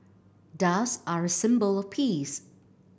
doves are a symbol of peace